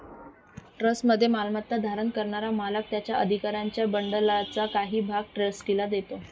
ट्रस्टमध्ये मालमत्ता धारण करणारा मालक त्याच्या अधिकारांच्या बंडलचा काही भाग ट्रस्टीला देतो